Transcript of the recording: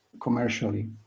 commercially